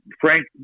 Frank